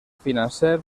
financer